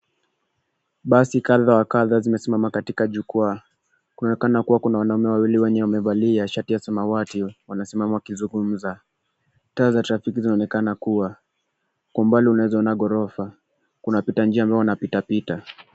Basi kadhaa wa kadhaa zimesimama katika jukwaa. Kunaonekana kuwa wanaume wawili wenye wamevalia shati za samawati wanasimama wakizungumza. Taa za trafiki zinaonekana kuwa. Kwa mbali unaweza ona ghorofa. Kuna wapita njia ambao wanapita pita.